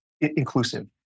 inclusive